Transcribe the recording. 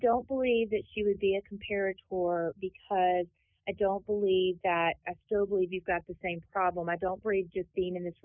don't believe that she would be a comparative or because i don't believe that i still believe that the same problem i don't break just seen in this